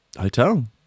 hotel